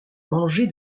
manger